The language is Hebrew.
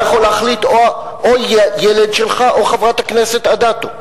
אתה יכול להחליט, או ילד שלך או חברת הכנסת אדטו.